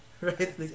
Right